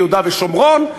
ביהודה ושומרון,